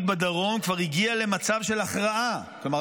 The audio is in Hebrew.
בדרום כבר הגיעה למצב של הכרעה." כלומר,